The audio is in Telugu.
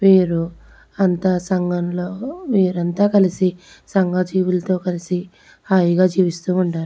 వీరు అంతా సంఘంలో వీరు అంతా కలిసి సంఘజీవులతో కలిసి హాయిగా జీవిస్తు ఉన్నారు